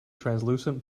translucent